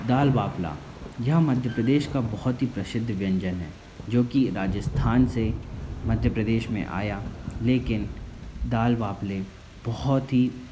दाल बाफ़ला यह मध्य प्रदेश का बहुत ही प्रसिद्ध व्यंजन है जो की राजस्थान से मध्य प्रदेश में आया लेकिन दाल बाफ़ले बहुत ही